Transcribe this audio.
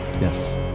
yes